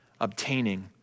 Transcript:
obtaining